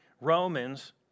Romans